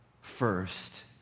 first